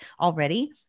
already